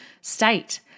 state